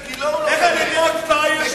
אז איך יהיו לזוגות צעירים,